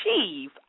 achieve